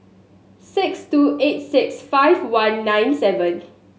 six two eight six five one nine seven